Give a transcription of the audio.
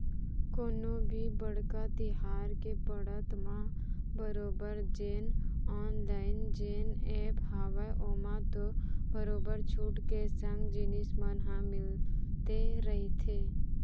कोनो भी बड़का तिहार के पड़त म बरोबर जेन ऑनलाइन जेन ऐप हावय ओमा तो बरोबर छूट के संग जिनिस मन ह मिलते रहिथे